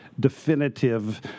definitive